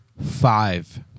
five